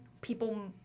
people